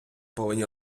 повинні